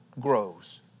grows